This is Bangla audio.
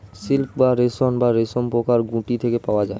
সিল্ক বা রেশম রেশমপোকার গুটি থেকে পাওয়া যায়